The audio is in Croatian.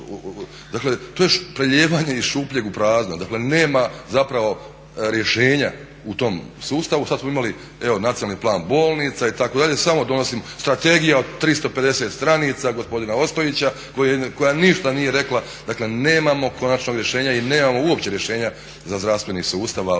Dakle to je prelijevanje iz šupljeg u prazno, dakle nema zapravo rješenja u tom sustavu. Sad smo imali evo Nacionalni plan bolnica itd., samo donosim, Strategija 350 stranica gospodina Ostojića koja ništa nije rekla, dakle nemamo konačnog rješenja jer nemamo uopće rješenja za zdravstveni sustav